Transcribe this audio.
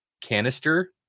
canister